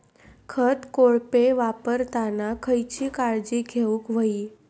खत कोळपे वापरताना खयची काळजी घेऊक व्हयी?